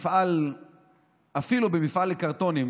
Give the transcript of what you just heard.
אפילו במפעל לקרטונים,